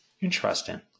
Interesting